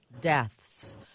deaths